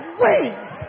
wings